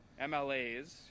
MLAs